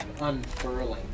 unfurling